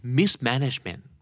mismanagement